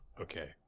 okay